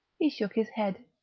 he shook his head.